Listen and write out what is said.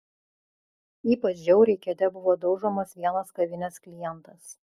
ypač žiauriai kėde buvo daužomas vienas kavinės klientas